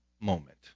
moment